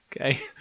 Okay